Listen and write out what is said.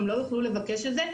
הן לא יוכלו לבקש את זה,